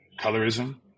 colorism